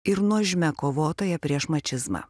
ir nuožmia kovotoja prieš mačizmą